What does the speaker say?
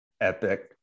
epic